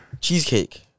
Cheesecake